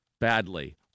badly